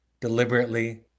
deliberately